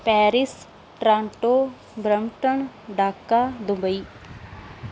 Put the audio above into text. Paris Toronto Brampton Dhaka Dubai